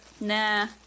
nah